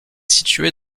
située